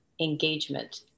engagement